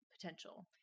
potential